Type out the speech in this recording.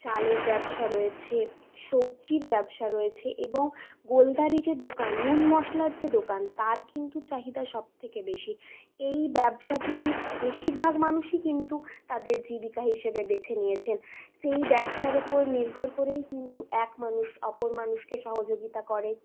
চালের ব্যবসা রয়েছে সবজির ব্যবসা রয়েছে এবং গোলদারি যে দোকান নুন মশলার যে দোকান তার কিন্তু চাহিদা সব থেকে বেশি এই ব্যবসাটি বেশিরভাগ মানুষই কিন্তু তাদের জীবিকা হিসেবে বেছে নিয়েছেন সেই ব্যবসার উপর নির্ভর করেই কিন্তু এক মানুষ অপর মানুষকে সহযোগিতা করে